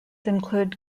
include